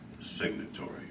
signatory